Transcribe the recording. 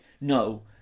no